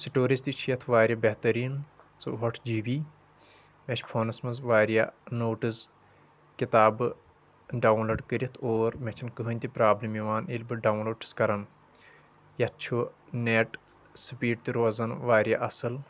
storage تہِ چھِ یتھ واریاہ بہتریٖن ژُہٲٹھ جی بی اسہِ چھِ فونس منٛز واریاہ نوٹٕز کِتابہٕ ڈاوُن لوڈ کٔرتھ اور مےٚ چھنہٕ کٔہیٖنۍ تہِ پرابلم یِوان ییٚلہِ بہٕ ڈاوُن لوڈ چھُس کران یتھ چھُ نٮ۪ٹ سپیٖڈ تہِ روزان واریاہ اصل